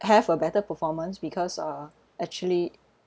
have a better performance because uh actually